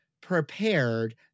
prepared